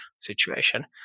situation